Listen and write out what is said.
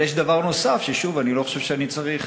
אבל יש דבר נוסף, ששוב, אני לא חושב שאני צריך